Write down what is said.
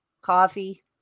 Coffee